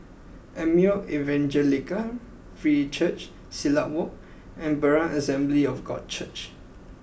Emmanuel Evangelical Free Church Silat Walk and Berean Assembly of God Church